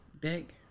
big